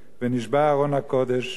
ונשבה ארון הקודש,